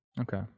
Okay